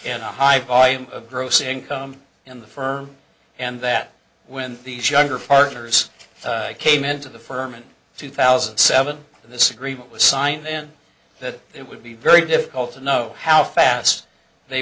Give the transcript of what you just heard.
and a high volume of gross income in the firm and that when these younger partners came into the firm in two thousand and seven that this agreement was signed then that it would be very difficult to know how fast they